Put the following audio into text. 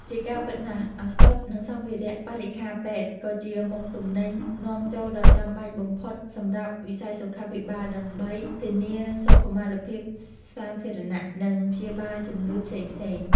ជាការពិតណាស់ ឱសថ និងសម្ភារៈបរិក្ខារពេទ្យ ក៏ជាមុខទំនិញនាំចូលដ៏ចាំបាច់បំផុតសម្រាប់វិស័យសុខាភិបាល ដើម្បីធានាសុខុមាលភាពសាធារណៈ និងព្យាបាលជំងឺផ្សេងៗ។